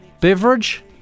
beverage